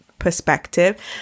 perspective